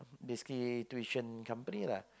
basically tuition company lah